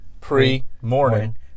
pre-morning